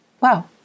Wow